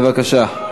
בבקשה.